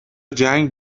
جنگ